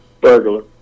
Burglar